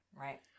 Right